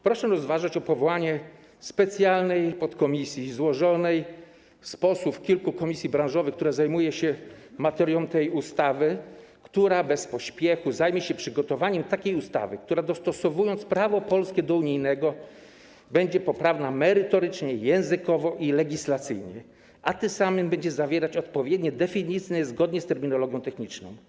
Proszę rozważać powołanie specjalnej podkomisji złożonej z posłów kilku komisji branżowych, która zajmuje się materią tej ustawy, która bez pośpiechu zajmie się przygotowaniem ustawy, która dostosowując prawo polskie do unijnego, będzie poprawna merytorycznie, językowo i legislacyjnie, a tym samym będzie zawierać odpowiednie definicje zgodnie z terminologią techniczną.